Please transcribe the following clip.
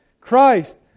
Christ